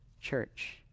church